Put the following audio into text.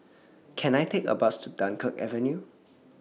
Can I Take A Bus to Dunkirk Avenue